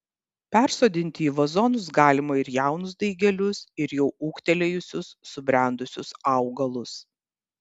persodinti į vazonus galima ir jaunus daigelius ir jau ūgtelėjusius subrendusius augalus